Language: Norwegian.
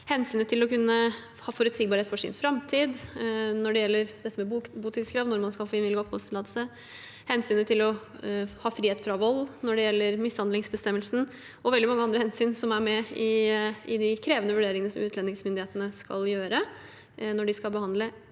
når det gjelder dette med botidskrav, når man skal få innvilget oppholdstillatelse, hensynet til å ha frihet fra vold når det gjelder mishandlingsbestemmelsen, og veldig mange andre hensyn som er med i de krevende vurderingene som utlendingsmyndighetene skal gjøre når de skal behandle